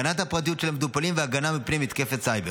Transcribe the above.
אחד, שהוא האזור האישי של המטופל באתר קופת החולים